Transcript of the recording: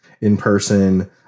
in-person